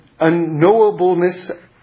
unknowableness